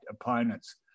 opponents